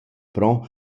pro